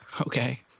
Okay